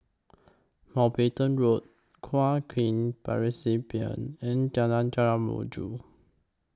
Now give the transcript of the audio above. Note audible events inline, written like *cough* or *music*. Mountbatten Road Kuo *unintelligible* and Jalan *unintelligible* Mojo